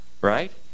right